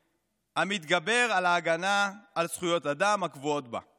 המתגבר על ההגנה על זכויות אדם הקבועות בה.